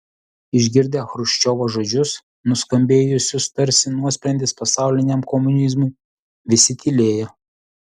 išgirdę chruščiovo žodžius nuskambėjusius tarsi nuosprendis pasauliniam komunizmui visi tylėjo